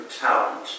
talent